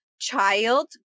child